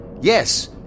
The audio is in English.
Yes